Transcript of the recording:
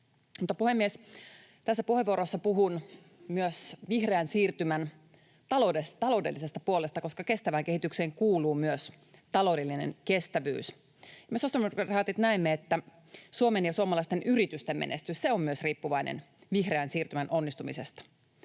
Tässä puheenvuorossa puhun myös vihreän siirtymän taloudellisesta puolesta, koska kestävään kehitykseen kuuluu myös taloudellinen kestävyys. Me sosiaalidemokraatit näemme, että Suomen ja suomalaisten yritysten menestys on myös riippuvainen vihreän siirtymän onnistumisesta.